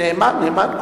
נאמן.